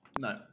No